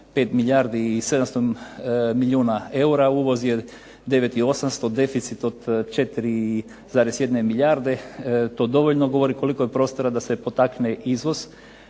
5 milijardi 700 milijuna eura, uvoz je 9 i 800 deficit od 4,1 milijarde. To dovoljno govori koliko je prostora da se potakne izvoz